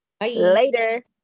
Later